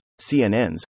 CNNs